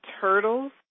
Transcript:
turtles